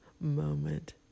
moment